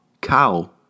cow